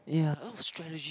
ya a lot of strategy